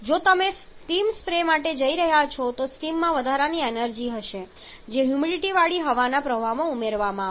જો તમે steam spray માટે જઈ રહ્યા છો તો સ્ટીમમાં વધારાની એનર્જી હશે જે હ્યુમિડિટીવાળી હવાના પ્રવાહમાં ઉમેરવામાં આવશે